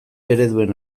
ereduen